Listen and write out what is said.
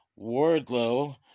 Wardlow